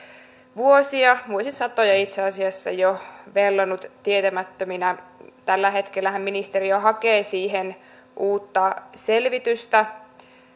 vuosia vuosisatoja itse asiassa vellonut tietämättömänä tällä hetkellähän ministeriö jo hakee siihen uutta selvitystä